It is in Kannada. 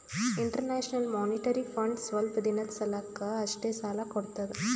ಇಂಟರ್ನ್ಯಾಷನಲ್ ಮೋನಿಟರಿ ಫಂಡ್ ಸ್ವಲ್ಪ್ ದಿನದ್ ಸಲಾಕ್ ಅಷ್ಟೇ ಸಾಲಾ ಕೊಡ್ತದ್